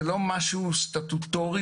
וזה לא משהו סטטוטורי.